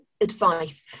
advice